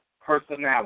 personality